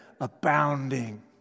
Abounding